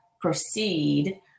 proceed